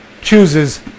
chooses